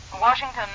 Washington